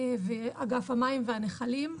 ואגף המים והנחלים,